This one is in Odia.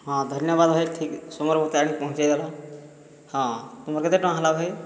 ହଁ ଧନ୍ୟବାଦ ଭାଇ ଠିକ୍ ସମୟରେ ମୋତେ ଆଣି ପହଞ୍ଚାଇଦେଲ ହଁ ତୁମର କେତେ ଟଙ୍କା ହେଲା ଭାଇ